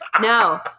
No